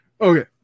Okay